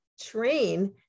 train